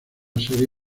serie